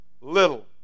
little